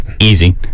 Easy